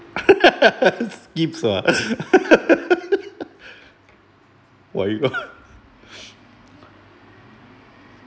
skip !wah! !wah! you go